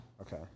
Okay